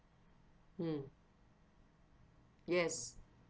mm yes